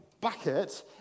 bucket